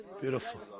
Beautiful